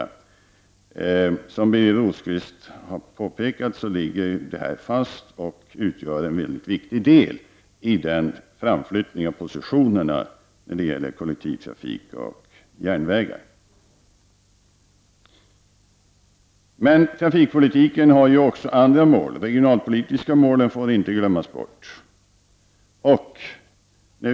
Men, som Birger Rosqvist påpekade detta ligger fast och utgör en väldigt viktig del i framflyttningen av positionerna när det gäller kollektivtrafik och järnvägar. Men trafikpolitiken har också andra mål. De regionalpolitiska målen får inte glömmas bort.